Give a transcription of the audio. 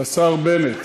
לשר בנט.